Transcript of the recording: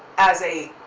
as a,